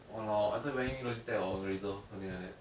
!walao! I thought you buying me Logitech or Razer something like that